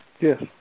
Yes